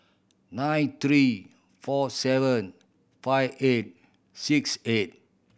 nine three four seven five eight six eight